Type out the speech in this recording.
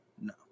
No